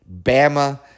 Bama